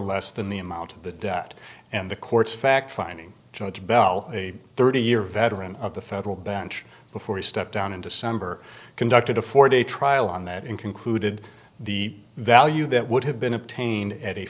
less than the amount of the debt and the courts fact finding judge bell a thirty year veteran of the federal bench before he stepped down in december conducted a four day trial on that and concluded the value that would have been obtained